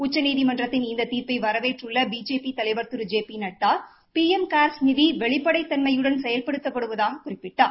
உச்சநீதிமன்றத்தின் இந்த தீர்ப்பை வரவேற்றுள்ள பிஜேபி தலைவர் Thiru J P Nadda P M cares நிதி வெளிப்படைத்தன்மையுடன் செயல்படுத்தப்படுதாகக் குறிப்பிட்டுள்ளார்